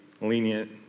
lenient